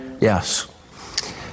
Yes